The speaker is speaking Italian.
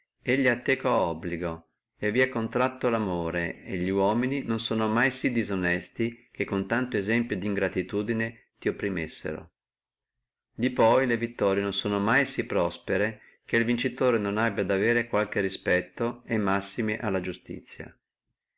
elli ha teco obligo e vi è contratto lamore e li uomini non sono mai sí disonesti che con tanto esemplo di ingratitudine ti opprimessino di poi le vittorie non sono mai sí stiette che il vincitore non abbi ad avere qualche respetto e massime alla giustizia